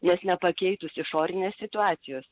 nes nepakeitus išorinės situacijos